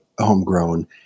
homegrown